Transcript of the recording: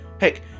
Heck